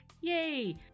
Yay